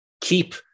keep